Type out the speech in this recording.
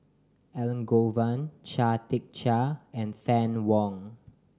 Elangovan Chia Tee Chiak and Fann Wong